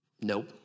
Nope